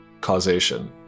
causation